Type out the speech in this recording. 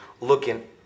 looking